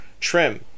trim